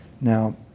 Now